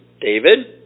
David